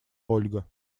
ольга